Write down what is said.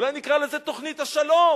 אולי נקרא לזה "תוכנית השלום",